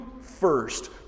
first